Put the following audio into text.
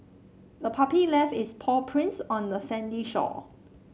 the puppy left its paw prints on the sandy shore